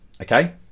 okay